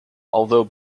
although